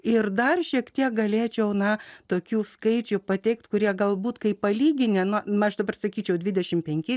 ir dar šiek tiek galėčiau na tokių skaičių pateikti kurie galbūt kai palyginę nuo maž dabar sakyčiau dvidešimt penki